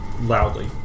Loudly